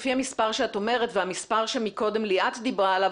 לפי המספר שאת אומרת והמספר שמקודם ליאת דיברה עליו,